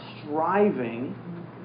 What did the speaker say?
striving